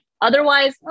otherwise